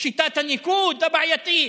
שיטת הניקוד הבעייתית?